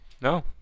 no